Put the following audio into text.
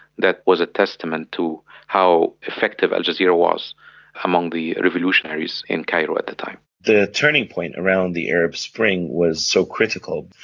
that was a testament to how effective al jazeera was among the revolutionaries in cairo at the time. the turning point around the arab spring was so critical,